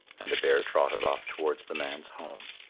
and the bear trotted off towards the man's home.